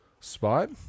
Spot